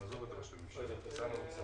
שעליית ארנונה